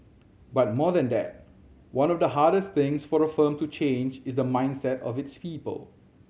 but more than that one of the hardest things for a firm to change is the mindset of its people